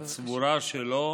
תקופת המחלה הצבורה שלו